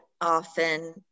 often